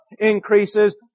increases